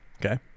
Okay